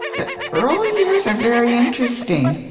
the early years are very interesting.